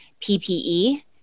PPE